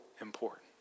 important